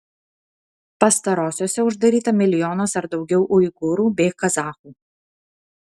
pastarosiose uždaryta milijonas ar daugiau uigūrų bei kazachų